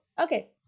okay